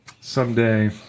Someday